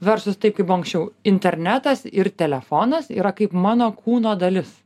versus taip kaip buvo anksčiau internetas ir telefonas yra kaip mano kūno dalis